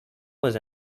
was